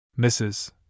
Mrs